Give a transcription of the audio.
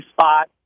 spot